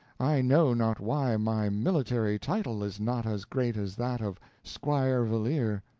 i know not why my military title is not as great as that of squire valeer.